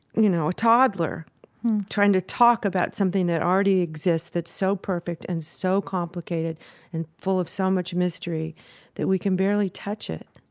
you know, a toddler trying to talk about something that already exists that's so perfect and so complicated and full of so much mystery that we can barely touch it